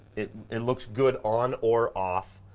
it, it looks good on or off.